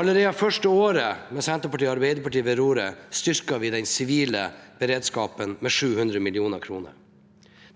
Allerede det første året med Senterpartiet og Arbeiderpartiet ved roret styrket vi den sivile beredskapen med 700 mill. kr.